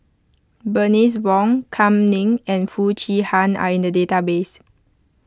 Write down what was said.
Bernice Wong Kam Ning and Foo Chee Han are in the database